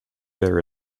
there